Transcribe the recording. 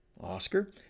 Oscar